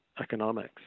economics